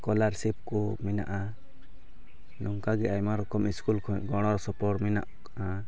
scholarship ᱠᱚ ᱢᱮᱱᱟᱜᱼᱟ ᱱᱚᱝᱠᱟ ᱜᱮ ᱟᱭᱢᱟ ᱨᱚᱠᱚᱢ ᱥᱠᱩᱞ ᱠᱷᱚᱡ ᱜᱚᱲᱚ ᱥᱚᱯᱚᱦᱚᱫ ᱢᱮᱱᱟᱜᱼᱟ